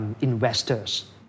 investors